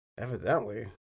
Evidently